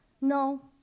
No